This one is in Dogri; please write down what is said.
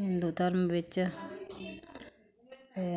हिंदू धरम बिच्च ते